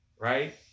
right